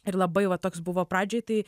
ir labai va toks buvo pradžioj tai